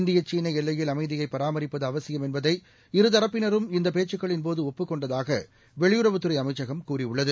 இந்திய சீனஎல்லையில் அமைதியைபராமரிப்பதுஅவசியம் என்பதை இருதரப்பினரும் இந்தப் பேச்சுக்களின்போதுஒப்புக் கொண்டதாகவெளியுறவுத்துறைஅமைச்சகம் கூறியுள்ளது